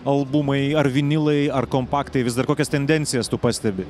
albumai ar vinilai ar kompaktai vis dar kokias tendencijas tu pastebi